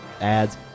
ads